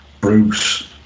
Bruce